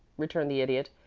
returned the idiot,